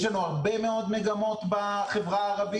יש לנו הרבה מאוד מגמות בחברה הערבית.